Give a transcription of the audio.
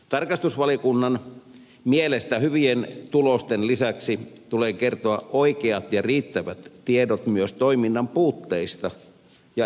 tarkastusvaliokunnan mielestä hyvien tulosten lisäksi tulee kertoa oikeat ja riittävät tiedot myös toiminnan puutteista ja epäkohdista